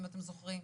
אם אתם זוכרים,